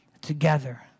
together